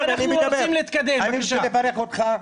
אני רוצה לברך אותך,